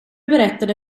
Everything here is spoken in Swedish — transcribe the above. berättade